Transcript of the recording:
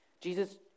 Jesus